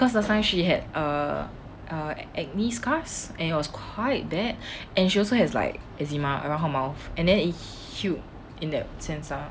because last time she had err err acne scars and it was quite bad and she also has like eczema around her mouth and then it healed in that sense lah